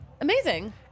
amazing